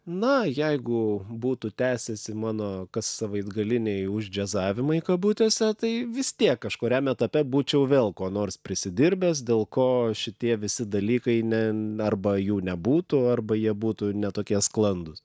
na jeigu būtų tęsęsi mano savaitgaliniai uždžiazavimai kabutėse tai vis tiek kažkuriam etape būčiau vėl ko nors prisidirbęs dėl ko šitie visi dalykai ne arba jų nebūtų arba jie būtų ne tokie sklandūs